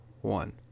one